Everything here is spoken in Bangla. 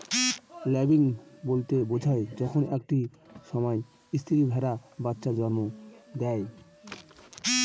ল্যাম্বিং বলতে বোঝায় যখন একটা সময় স্ত্রী ভেড়া বাচ্চা জন্ম দেয়